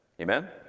Amen